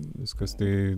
viskas tai